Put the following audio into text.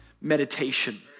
meditation